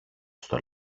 στο